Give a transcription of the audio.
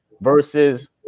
versus